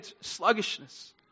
sluggishness